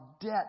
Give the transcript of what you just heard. debt